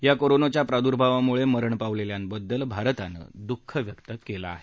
या कोरोनाच्या प्रादुर्भावामुळे मरण पावलेल्यांबद्दल भारतानं दुःख व्यक्त केलं आहे